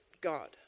God